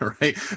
right